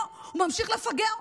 לא, הוא ממשיך לפגע.